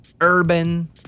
Urban